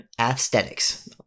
Aesthetics